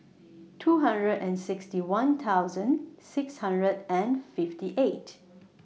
two hundred and sixty one thousand six hundred and fifty eight